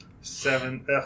seven